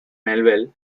melville